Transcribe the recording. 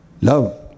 love